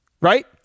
Right